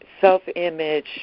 self-image